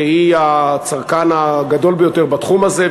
שהיא הצרכן הגדול ביותר בתחום הזה,